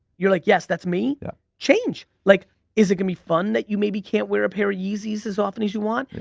you're like yes, that's me. change. like is it gonna be fun that you maybe can't wear a pair of yeezys as often as you want?